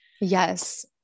Yes